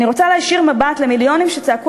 אני רוצה להישיר מבט אל המיליונים שצעקו